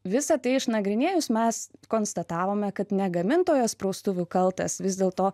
visa tai išnagrinėjus mes konstatavome kad ne gamintojas praustuvų kaltas vis dėlto